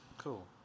Cool